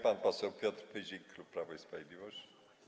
Pan poseł Piotr Pyzik, klub Prawo i Sprawiedliwość.